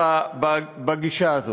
בגישה הזאת.